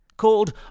Called